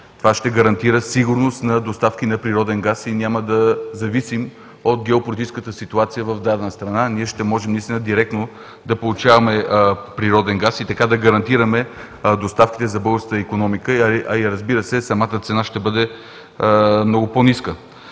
Това ще гарантира сигурност на доставки на природен газ и няма да зависим от геополитическата ситуация в дадена страна, ще можем директно да получаваме природен газ и така да гарантираме доставките за българската икономика. Разбира се, и самата цена ще бъде много по-ниска.